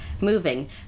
moving